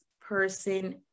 person